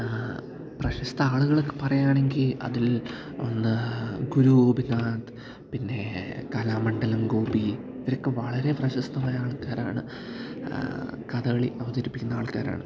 പ്രശസ്ത ആളുകളൊക്കെ പറയുകയാണെങ്കിൽ അതിൽ ഒന്ന് ഗുരു ഗോപിനാഥ് പിന്നെ കലാമണ്ഡലം ഗോപി ഇവരൊക്കെ വളരെ പ്രശസ്തമായ ആൾക്കാരാണ് കഥകളി അവതരിപ്പിക്കുന്ന ആൾക്കാരാണ്